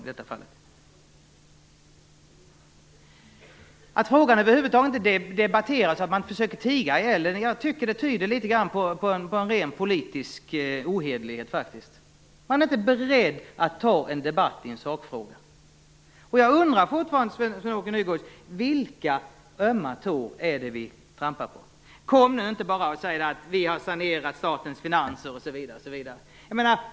Jag tycker faktiskt att det förhållandet att frågan över huvud taget inte debatteras och att man försöker tiga ihjäl den tyder på ren politisk ohederlighet. Man är inte beredd att gå in i en debatt i en sakfråga. Jag undrar fortfarande, Sven-Åke Nygårds, vilka ömma tår som vi trampar på. Kom nu inte bara med att vi har sanerat statens finanser osv.!